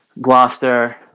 Gloucester